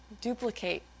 duplicate